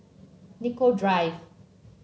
Nicoll Drive